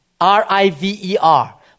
R-I-V-E-R